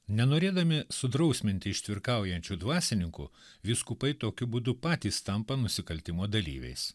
nenorėdami sudrausminti ištvirkaujančių dvasininkų vyskupai tokiu būdu patys tampa nusikaltimo dalyviais